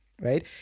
Right